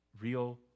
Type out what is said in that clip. real